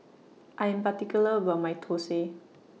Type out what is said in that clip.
I Am particular about My Thosai